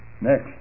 Next